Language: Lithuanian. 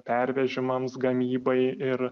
pervežimams gamybai ir